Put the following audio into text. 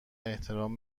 احترام